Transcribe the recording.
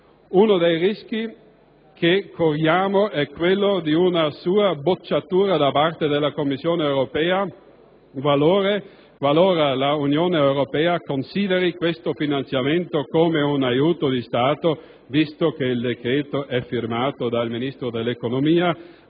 uno dei rischi che corriamo è quello di una sua bocciatura da parte della Commissione europea, qualora l'Unione Europea considererà questo finanziamento come un aiuto di Stato, visto che il decreto-legge è firmato dal Ministro dell'economia